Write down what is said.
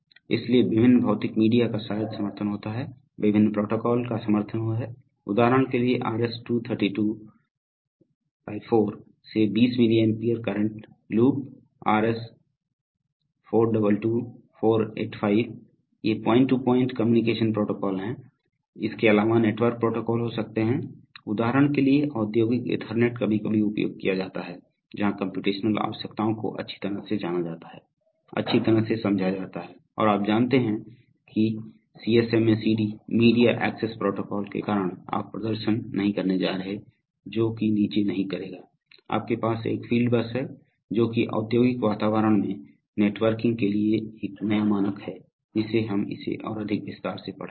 इसलिए विभिन्न भौतिक मीडिया का शायद समर्थन होता है विभिन्न प्रोटोकॉल का समर्थन होता है उदाहरण के लिए RS 2324 से 20 milli ampere current loop RS 422485 ये point to point communication protocol हैं इसके अलावा नेटवर्क प्रोटोकॉल हो सकते हैं उदाहरण के लिए औद्योगिक ईथरनेट कभी कभी उपयोग किया जाता है जहां कम्प्यूटेशनल आवश्यकताओं को अच्छी तरह से जाना जाता है अच्छी तरह से समझा जाता है और आप जानते हैं कि CSMA CD CSMACD media access protocol के कारण आप प्रद्रशन नहीं करने जा रहे जोकि नीचे नहीं करेगा आपके पास एक फील्ड बस है जो कि औद्योगिक वातावरण में नेटवर्किंग के लिए एक नया मानक है जिसे हम इसे और अधिक विस्तार से पढ़ रहे हैं